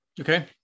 Okay